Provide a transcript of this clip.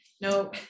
no